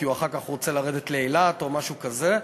כי אחר כך הוא רוצה לרדת לאילת או משהו כזה,